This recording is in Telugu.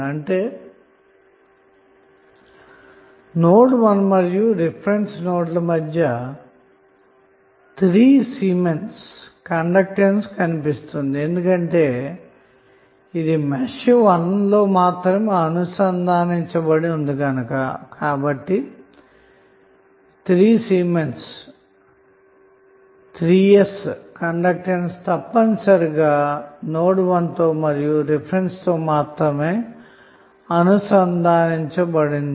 అంటే నోడ్ 1 మరియు రిఫరెన్స్ నోడ్ ల మద్యే 3 సిమెన్స్ Siemens కండక్టెన్స్ కనిపిస్తుంది ఎందుకంటె ఇది మెష్ 1 లో మాత్రమే అనుసంధానించబడి ఉంది గనక కాబట్టి 3 S కండక్టెన్స్ తప్పనిసరిగా నోడ్ 1 తో ను మరియు రిఫరెన్స్ తో మాత్రమే అనుసంధానించబడింది